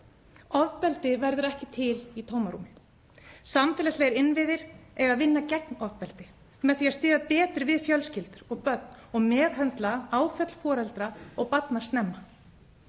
Ofbeldi verður ekki til í tómarúmi. Samfélagslegir innviðir eiga að vinna gegn ofbeldi með því að styðja betur við fjölskyldur og börn og meðhöndla áföll foreldra og barna snemma.